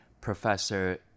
Professor